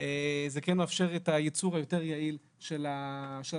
זה כן מאפשר את הייצור היותר יעיל של הדברים.